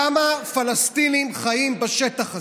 כמה פלסטינים חיים בשטח הזה?